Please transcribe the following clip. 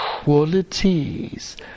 qualities